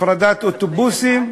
הפרדת אוטובוסים,